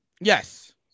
Yes